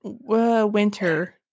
winter